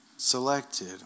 Selected